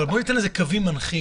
בוא ניתן לזה קווים מנחים.